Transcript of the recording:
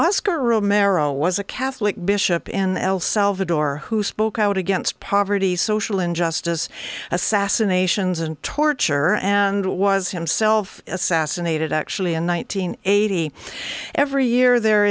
oscar romero was a catholic bishop in el salvador who spoke out against poverty social injustice assassinations and torture and was himself assassinated actually in one nine hundred eighty every year there